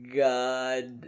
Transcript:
god